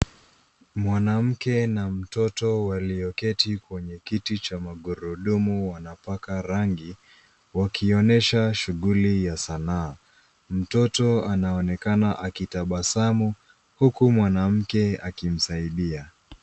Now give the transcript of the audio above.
Mwanamke na mtoto walioketi kwenye kiti cha magurudumu wanapaka rangi, wakionyesha shughuli ya sanaa. Mtoto anaonekana akitabasamu huku mwanamke akimsaidia.